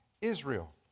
Israel